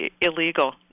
illegal